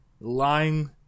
lying